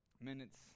minutes